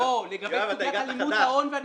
לגבי סוגיית ההון והנזילות.